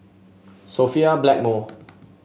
Sophia Blackmore